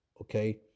Okay